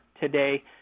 today